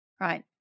right